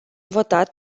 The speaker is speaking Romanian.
votat